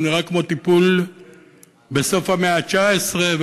נראה כמו טיפול בסוף המאה ה-19,